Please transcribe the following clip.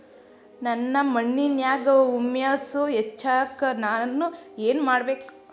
ನನ್ನ ಮಣ್ಣಿನ್ಯಾಗ್ ಹುಮ್ಯೂಸ್ ಹೆಚ್ಚಾಕ್ ನಾನ್ ಏನು ಮಾಡ್ಬೇಕ್?